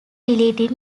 deleting